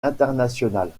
internationales